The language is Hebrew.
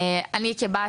כבת,